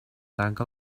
tanca